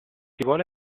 vuole